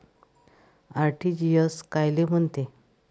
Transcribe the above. RTGS कायले म्हनते?